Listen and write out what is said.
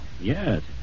Yes